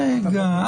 רגע,